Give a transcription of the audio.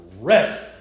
rest